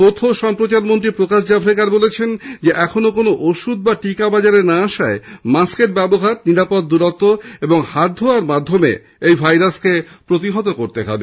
তথ্য ও সম্প্রচার মন্ত্রী প্রকাশ জাভরেকর বলছেন এখনও কোনো ওষুধ বা টীকা বাজারে না আসায় মাস্কের ব্যবহার নিরাপদ দূরত্ব ও হাত ধোয়ার মাধ্যমে এই ভাইরাসকে প্রতিহত করতে হবে